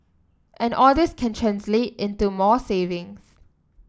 and all this can translate into more savings